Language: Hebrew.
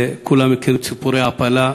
וכולם מכירים את סיפורי ההעפלה,